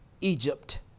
egypt